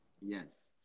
yes